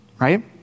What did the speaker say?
Right